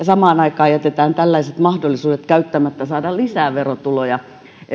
samaan aikaan jätetään käyttämättä tällaiset mahdollisuudet saada lisää verotuloja